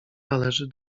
należy